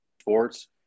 sports